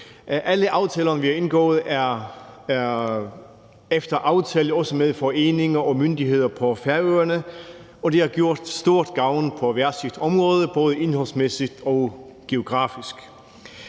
Alle aftalerne, vi har indgået, er efter aftale også med foreninger og myndigheder på Færøerne, og de har gjort stor gavn på hver deres område både indholdsmæssigt og geografisk.